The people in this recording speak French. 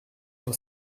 sur